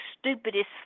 stupidest